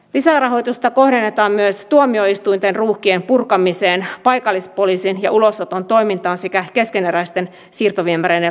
lisärahoitusta kohdennetaan myös tuomioistuinten ruuhkien purkamiseen paikallispoliisin ja ulosoton toimintaan sekä keskeneräisten siirtoviemäreiden loppuunsaattamiseen